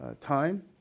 time